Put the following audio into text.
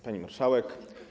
Pani Marszałek!